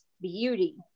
beauty